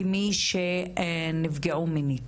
כמי שנפגעו מינית?